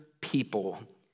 people